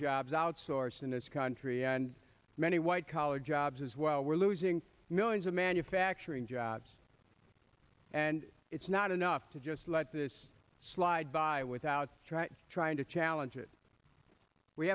jobs outsourced in this country and many white collar jobs as well we're losing millions of manufacturing jobs and it's not enough to just let this slide by without trying to challenge it we